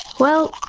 well,